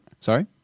sorry